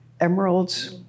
emeralds